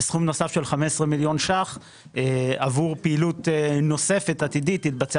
וסכום נוסף של 15 מיליון ₪ עבור פעילות נוספת עתידית תתבצע